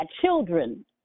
children